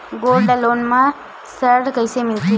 Gold loan म ऋण कइसे मिलथे?